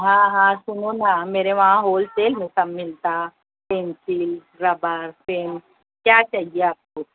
ہاں ہاں سُنو نا میرے وہاں ہول سیل میں سب مِلتا پینسل ربر پین کیا چاہیے آپ کو